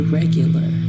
regular